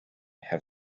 have